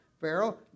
Pharaoh